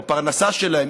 בפרנסה שלהם,